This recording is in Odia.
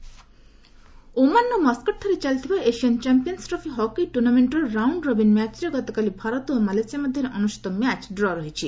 ହକି ଓମାନ୍ର ମାସ୍କଟଠାରେ ଚାଲିଥିବା ଏସିଆନ୍ ଚାମ୍ପିୟନ୍ସ୍ ଟ୍ରଫି ହକି ଟୁର୍ଣ୍ଣାମେଣ୍ଟର ରାଉଣ୍ଡ ରବିନ୍ ମ୍ୟାଚ୍ରେ ଗତକାଲି ଭାରତ ଓ ମାଲେସିଆ ମଧ୍ୟରେ ଅନୁଷ୍ଠିତ ମ୍ୟାଚ୍ ଡ୍ର' ରହିଛି